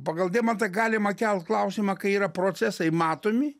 pagal deimantą galima kelt klausimą ką yra procesai matomi